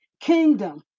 kingdom